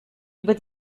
über